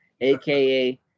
aka